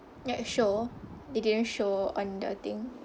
net show they didn't show on the thing